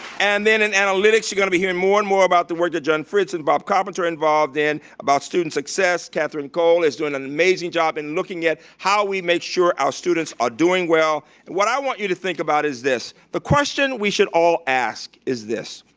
and then in analytics, you're gonna be hearing more and more about the work that john fritz and bob carpenter involved in about student success. katharine cole is doing an amazing job in looking at how we make sure our students are doing well. and what i want you to think about is this. the question we should all ask is this.